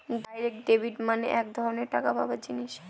direct debit মানে এক ধরনের টাকা পাঠাবার জিনিস